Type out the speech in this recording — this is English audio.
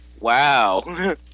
Wow